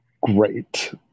Great